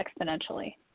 exponentially